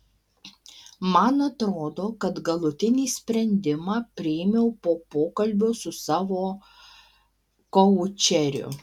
man atrodo kad galutinį sprendimą priėmiau po pokalbio su savo koučeriu